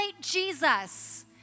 Jesus